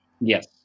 Yes